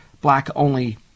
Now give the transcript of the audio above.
black-only